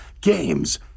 games